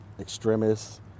extremists